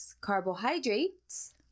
carbohydrates